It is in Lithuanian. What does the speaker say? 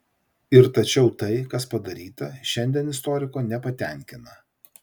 ir tačiau tai kas padaryta šiandien istoriko nepatenkina